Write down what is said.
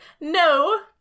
no